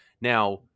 now